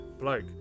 Bloke